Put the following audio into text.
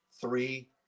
three